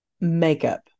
makeup